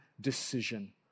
decision